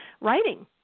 writing